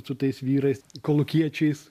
su tais vyrais kolūkiečiais